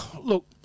look